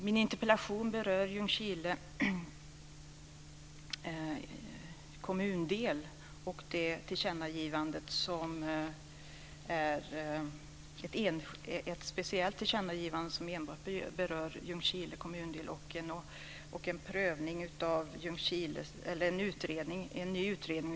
Min interpellation berör ett speciellt tillkännagivande som enbart berör Ljungskile kommundel och en ny utredning av Ljungskiles möjligheter att bli en egen kommun.